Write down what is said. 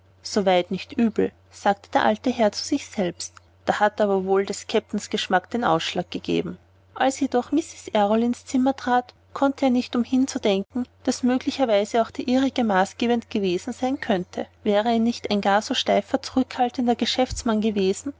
weit nicht übel sagte der alte herr zu sich selbst da hat aber wohl des kapitäns geschmack den ausschlag gegeben als jedoch mrs errol ins zimmer trat konnte er nicht umhin zu denken daß möglicherweise auch der ihrige maßgebend gewesen sein könnte wäre er nicht ein gar so steifer zurückhaltender geschäftsmann gewesen